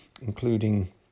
including